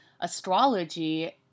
astrology